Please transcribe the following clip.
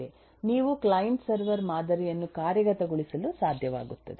ನೀವು client server ಮಾದರಿಯನ್ನು ಕಾರ್ಯಗತಗೊಳಿಸಲು ಸಾಧ್ಯವಾಗುತ್ತದೆ